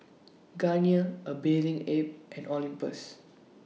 Garnier A Bathing Ape and Olympus